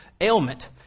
ailment